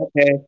Okay